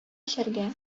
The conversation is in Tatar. эчәргә